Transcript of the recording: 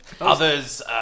Others